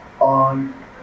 on